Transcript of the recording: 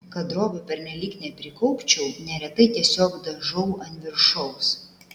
kad drobių pernelyg neprikaupčiau neretai tiesiog dažau ant viršaus